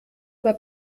aber